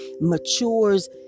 matures